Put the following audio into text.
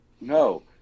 No